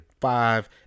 five